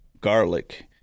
garlic